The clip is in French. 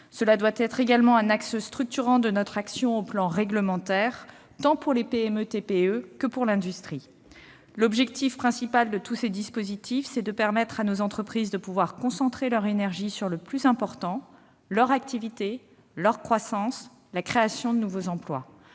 Cela doit également être un axe structurant de notre action sur le plan réglementaire, tant pour les PME-TPE que pour l'industrie. L'objectif principal de tous ces dispositifs est de permettre à nos entreprises de pouvoir concentrer leur énergie sur le plus important : leur activité, leur croissance et la création de nouveaux emplois.